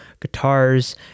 guitars